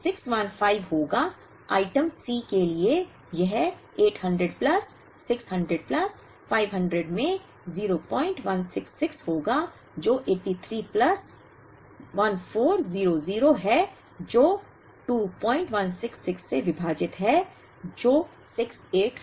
तो यह 615 होगा आइटम सी के लिए यह 800 प्लस 600 प्लस 500 में 0166 होगा जो 83 प्लस 1400 है जो 2166 से विभाजित है जो 685 है